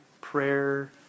prayer